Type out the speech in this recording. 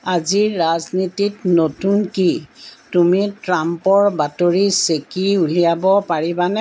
আজি ৰাজনীতিত নতুন কি তুমি ট্ৰাম্পৰ বাতৰি ছেকি উলিয়াব পাৰিবানে